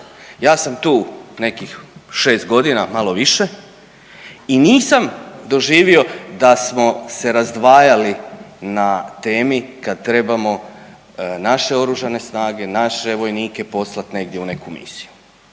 Ja sam tu nekih 6 godina, malo više i nisam doživio da smo se razdvajali na temi kad trebamo naše Oružane snage, naše vojnike poslati negdje u neku misiju.